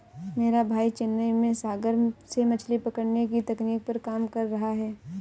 मेरा भाई चेन्नई में सागर से मछली पकड़ने की तकनीक पर काम कर रहा है